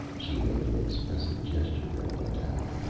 she made an expressive gesture, and went out.